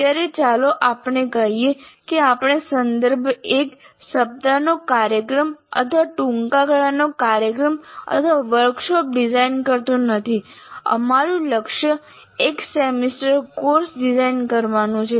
અત્યારે ચાલો આપણે કહીએ કે આપણો સંદર્ભ 1 સપ્તાહનો કાર્યક્રમ અથવા ટૂંકા ગાળાનો કાર્યક્રમ અથવા વર્કશોપ ડિઝાઇન કરતો નથી અમારું લક્ષ્ય એક સેમેસ્ટર કોર્સ ડિઝાઇન કરવાનું છે